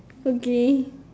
okay